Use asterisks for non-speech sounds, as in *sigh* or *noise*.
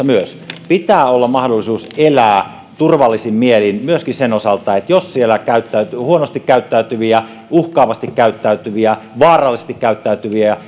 *unintelligible* myös pitää olla mahdollisuus elää turvallisin mielin myöskin sen osalta että jos siellä on huonosti käyttäytyviä uhkaavasti käyttäytyviä vaarallisesti käyttäytyviä *unintelligible*